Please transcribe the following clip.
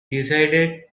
decided